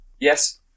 Yes